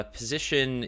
position